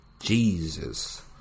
Jesus